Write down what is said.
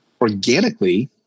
organically